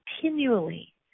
continually